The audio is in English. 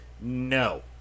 No